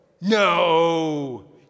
no